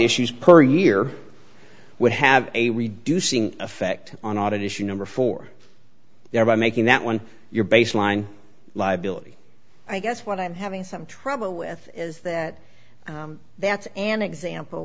issues per year would have a reducing effect on audit issue number four thereby making that one your baseline liability i guess what i'm having some trouble with is that that's an example